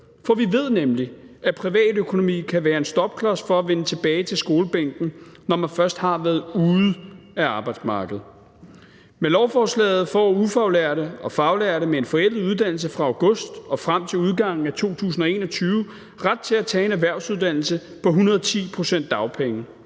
for vi ved nemlig, at privatøkonomi kan være en stopklods for at vende tilbage til skolebænken, når man først har været ude på arbejdsmarkedet. Med lovforslaget får ufaglærte og faglærte med en forældet uddannelse fra august og frem til udgangen af 2021 ret til at tage en erhvervsuddannelse på 110 pct. dagpenge.